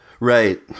right